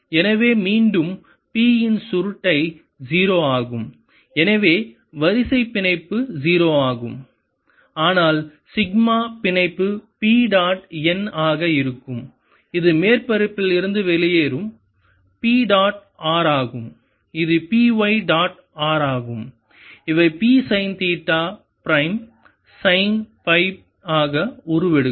எனவே மீண்டும் P இன் சுருட்டை 0 ஆகும் எனவே வரிசை பிணைப்பு 0 ஆகும் ஆனால் சிக்மா பிணைப்பு p டாட் n ஆக இருக்கும் இது மேற்பரப்பில் இருந்து வெளியேறும் இது P டாட் r ஆகும் இது Py டாட் r ஆகும் இவை P sine theta prime sine psi ஆக உருவெடுக்கும்